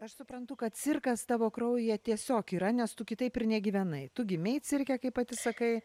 aš suprantu kad cirkas tavo kraujyje tiesiog yra nes tu kitaip ir negyvenai tu gimei cirke kaip pati sakai